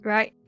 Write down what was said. Right